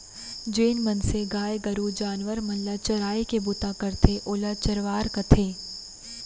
जेन मनसे गाय गरू जानवर मन ल चराय के बूता करथे ओला चरवार कथें